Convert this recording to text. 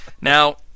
Now